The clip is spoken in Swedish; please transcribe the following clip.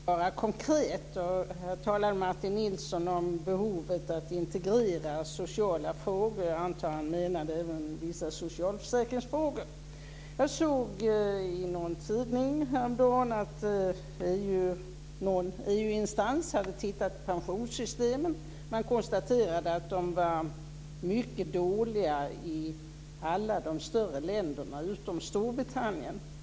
Fru talman! Jag vill alltid vara konkret. Här talade Martin Nilsson om behovet av att integrera sociala frågor. Jag antar att han även menade vissa socialförsäkringsfrågor. Jag såg i en tidning häromdagen att någon EU instans hade tittat på pensionssystemen. Man konstaterade att de var mycket dåliga i alla de större länderna utom Storbritannien.